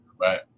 Right